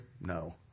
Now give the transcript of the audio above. No